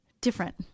different